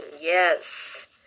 Yes